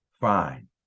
fine